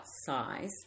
size